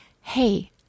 hey